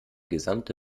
gesamte